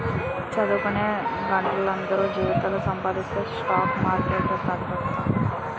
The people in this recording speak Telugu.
చదువుకొన్న గుంట్లందరూ జీతాలు సంపాదించి స్టాక్ మార్కెట్లేడతండ్రట